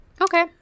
Okay